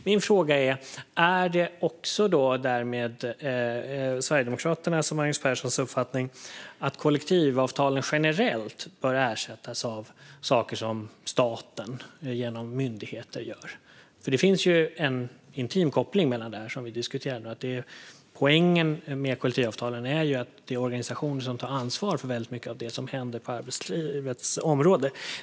Min fråga är: Är det därmed också Sverigedemokraternas och Magnus Perssons uppfattning att kollektivavtalen generellt bör ersättas med saker som staten genom myndigheter gör? Det finns ju en intim koppling, som vi diskuterar. Poängen med kollektivavtal är att organisationer tar ansvar för mycket av det som händer på arbetslivets område.